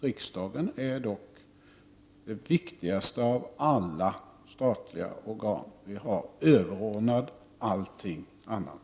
Riksdagen är dock det viktigaste statliga organ vi har och överordnad allting annat.